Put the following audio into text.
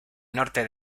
norte